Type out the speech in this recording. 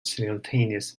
simultaneous